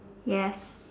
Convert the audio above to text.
yes